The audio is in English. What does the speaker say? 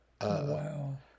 Wow